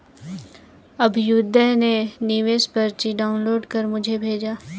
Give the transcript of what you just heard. अभ्युदय ने निवेश पर्ची डाउनलोड कर मुझें भेजा